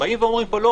פה באים ואומרים: לא.